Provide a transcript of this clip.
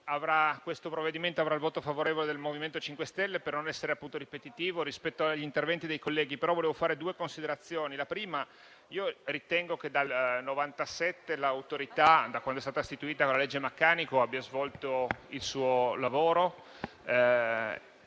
questo provvedimento avrà il voto favorevole del MoVimento 5 Stelle, per non essere appunto ripetitivo rispetto agli interventi dei colleghi, però intendo fare due considerazioni. La prima è che ritengo che dal 1997 l'Autorità, da quando è stata istituita con la legge Maccanico, abbia svolto il suo lavoro,